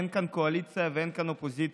אין כאן קואליציה ואין אופוזיציה.